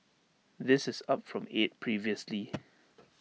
this is up from eight previously